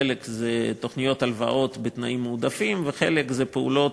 חלק זה תוכניות להלוואות בתנאים מועדפים וחלק זה פעולות